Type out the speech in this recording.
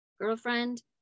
girlfriend